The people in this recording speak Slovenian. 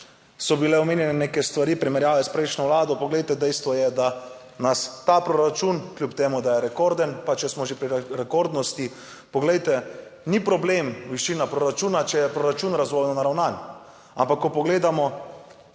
so bile omenjene neke stvari v primerjavi s prejšnjo Vlado. Poglejte dejstvo je, da nas ta proračun kljub temu, da je rekorden, pa če smo že pri rekordnosti, poglejte, ni problem višina proračuna, če je proračun razvojno naravnan ampak, ko pogledamo